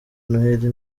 noheli